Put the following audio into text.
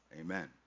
Amen